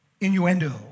innuendo